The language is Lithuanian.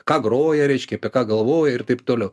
ką groja reiškia apie ką galvoja ir taip toliau